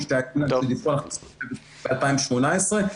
אנשים --- 2018,